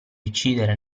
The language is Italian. uccidere